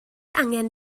angen